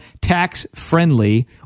tax-friendly